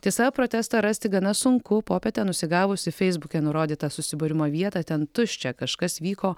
tiesa protestą rasti gana sunku popietę nusigavusi į feisbuke nurodytą susibūrimo vietą ten tuščia kažkas vyko